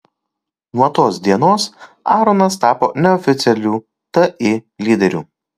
nuo tos dienos aronas tapo neoficialiu ti lyderiu